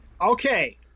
okay –